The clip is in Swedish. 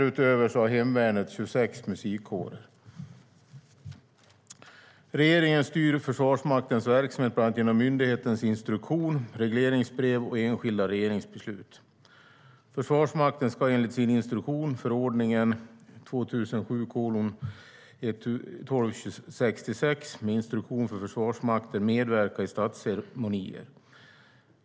Utöver detta har hemvärnet 26 musikkårer. Regeringen styr Försvarsmaktens verksamhet bland annat genom myndighetens instruktion, regleringsbrev och enskilda regeringsbeslut. Försvarsmakten ska enligt sin instruktion - förordningen med instruktion för Försvarsmakten - medverka i statsceremonier.